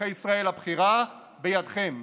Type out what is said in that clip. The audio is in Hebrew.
אזרחי ישראל, הבחירה בידיכם: